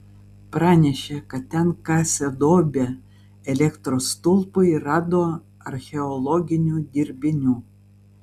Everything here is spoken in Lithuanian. pranešė kad ten kasė duobę elektros stulpui ir rado archeologinių dirbinių